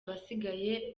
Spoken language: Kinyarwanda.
abasigaye